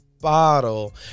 Bottle